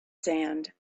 sand